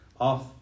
off